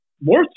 more